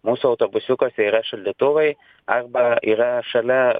mūsų autobusiukuose yra šaldytuvai arba yra šalia